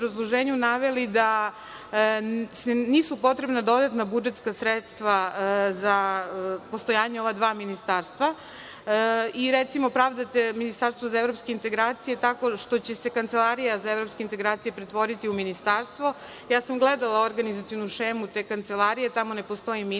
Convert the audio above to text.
naveli da nisu potrebna dodatna budžetska sredstva za postojanje ova dva ministarstva i, recimo, pravdate ministarstvo za evropske integracije tako što će se Kancelarija za evropske integracije pretvoriti u ministarstvo. Ja sam gledala organizacionu šemu te kancelarije. Tamo ne postoji ministar,